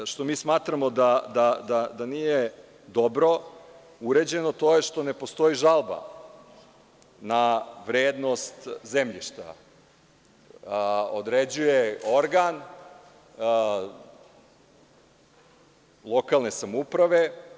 Ono što smatramo da nije dobro uređeno, to je što ne postoji žalba na vrednost zemljišta, tu cenu određuje organ lokalne samouprave.